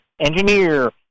engineer